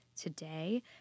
today